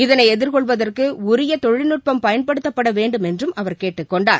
இதளை எதிர்கொள்வதற்கு உரிய தொழில்நுட்பம் பயன்படுத்தப்பட வேண்டுமென்றும் அவர் கேட்டுக் கொண்டார்